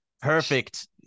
perfect